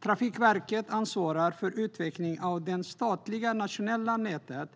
Trafikverket ansvarar för utvecklingen av det statliga nationella nätet,